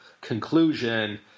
conclusion